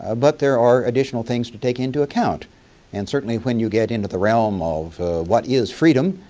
ah but there are additional things to take into account and certainly when you get into the realm of what is freedom,